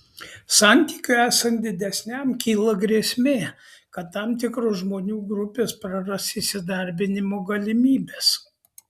santykiui esant didesniam kyla grėsmė kad tam tikros žmonių grupės praras įsidarbinimo galimybes